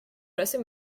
classés